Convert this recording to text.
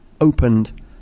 opened